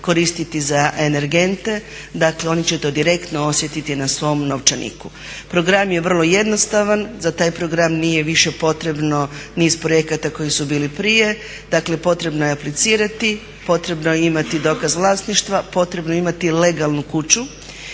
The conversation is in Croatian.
koristiti za energente, dakle oni će to direktno osjetiti na svom novčaniku. Program je vrlo jednostavan, za taj program nije više potrebno niz projekata koji su bili prije, dakle potrebno je aplicirati, potrebno je imati dokaz vlasništva, potrebno je imati legalnu kuću